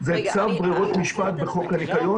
זה צו ברירות משפט בחוק הנקיון.